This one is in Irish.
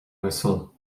uasal